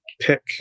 pick